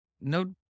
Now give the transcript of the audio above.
No